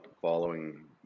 following